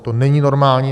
To není normální.